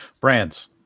brands